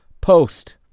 post